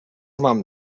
mam